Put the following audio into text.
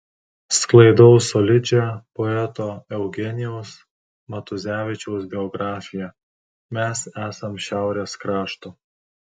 sklaidau solidžią poeto eugenijaus matuzevičiaus biografiją mes esam šiaurės krašto